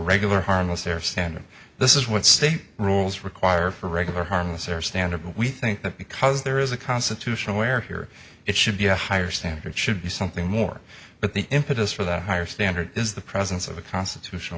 regular harness their standard this is what state rules require for regular harmless or standard we think that because there is a constitutional lawyer here it should be a higher standard should be something more but the impetus for that higher standard is the presence of a constitutional